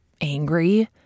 angry